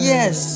Yes